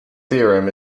theorem